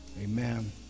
Amen